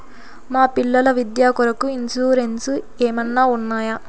మా పిల్లల విద్య కొరకు ఇన్సూరెన్సు ఏమన్నా ఉన్నాయా?